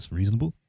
reasonable